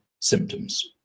symptoms